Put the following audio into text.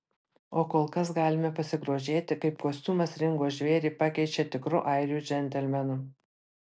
o kol kas galime pasigrožėti kaip kostiumas ringo žvėrį pakeičia tikru airių džentelmenu